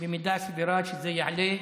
במידה סבירה שזה יעלה.